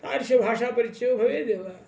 तादृशभाषापरिचयः भवेदेव